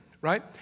Right